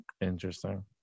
Interesting